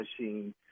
machine